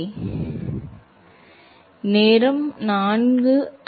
மாணவர் முடியுமா இல்லை உண்மையில் இல்லை